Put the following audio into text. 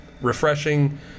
refreshing